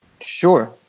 Sure